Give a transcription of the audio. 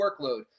workload